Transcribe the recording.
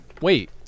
Wait